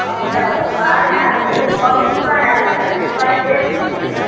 अच्छा बाढ़ि आयल छलै बहुत बाढ़ि आयल छलै पानि बेसी छलै